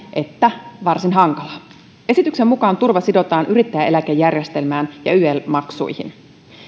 että varsin hankalaa esityksen mukaan turva sidotaan yrittäjäeläkejärjestelmään ja yel maksuihin